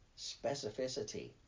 specificity